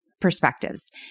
perspectives